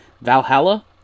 Valhalla